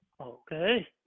Okay